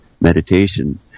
meditation